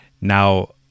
Now